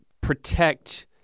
protect